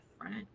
friend